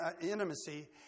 intimacy